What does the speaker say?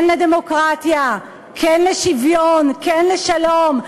כן לדמוקרטיה, כן לשוויון, כן לשלום.